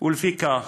לפיכך,